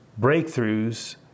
breakthroughs